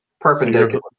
perpendicular